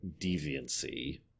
deviancy